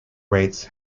rates